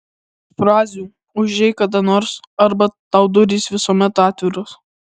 frazių užeik kada nors arba tau durys visuomet atviros